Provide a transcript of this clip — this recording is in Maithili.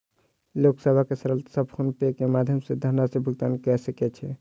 लोक सभ सरलता सॅ फ़ोन पे के माध्यम सॅ धनराशि भुगतान कय सकै छै